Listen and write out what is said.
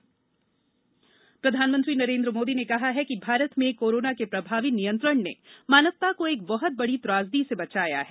प्रधानमंत्री डब्लूईएफ प्रधानमंत्री नरेंद्र मोदी ने कहा है कि भारत में कोरोना के प्रभावी नियंत्रण ने मानवता को एक बहत बड़ी त्रासदी से बचाया है